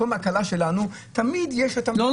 כל הקלה שלנו תמיד יש את ה --- לא,